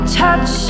touch